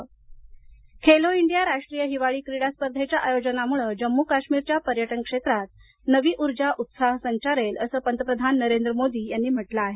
Khelo India Khelo India राष्ट्रीय हिवाळी क्रीडा स्पर्धेच्या आयोजनामुळे जम्मू काश्मीरच्या पर्यटन क्षेत्रात नवी ऊर्जा उत्साह संचारेल असं पंतप्रधान नरेंद्र मोदी यांनी म्हटलं आहे